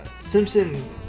simpson